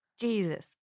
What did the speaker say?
Jesus